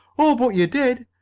oh, but you did!